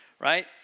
right